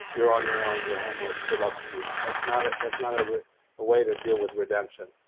you're on your own, you're homeless, good luck to you. that's not ah that's not a way to deal with redemption.